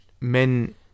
men